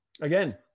again